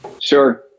Sure